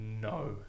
no